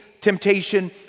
temptation